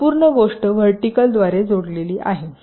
ही संपूर्ण गोष्ट व्हर्टिकल द्वारे जोडलेली आहे